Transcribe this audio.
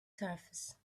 surface